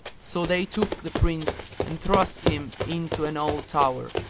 so they took the prince and thrust him into an old tower,